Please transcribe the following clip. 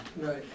Right